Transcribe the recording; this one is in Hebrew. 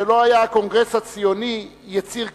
"שלא היה הקונגרס הציוני יציר כפו,